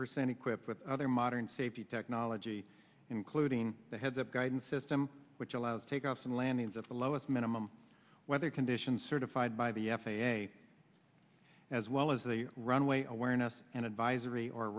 percent equipped with other modern safety technology including the heads up guidance system which allows takeoffs and landings of the lowest minimum weather conditions certified by the f a a as well as the runway awareness and advisory or